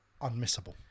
unmissable